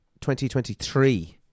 2023